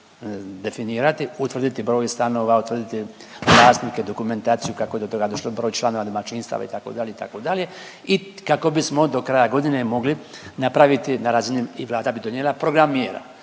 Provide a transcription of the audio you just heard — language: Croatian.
definirati, utvrditi broj stanova, utvrdite vlasnike, dokumentaciju, kako je do toga došlo, broj članova domaćinstava itd. itd. I kako bismo do kraja godine mogli napraviti na razini i Vlada bi donijela program mjera.